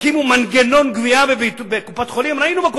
יקימו מנגנון גבייה בקופת-חולים?